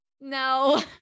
no